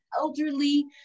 elderly